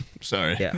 Sorry